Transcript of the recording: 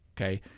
Okay